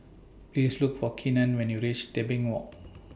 Please Look For Keenan when YOU REACH Tebing Walk